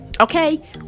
Okay